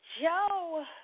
Joe